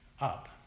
up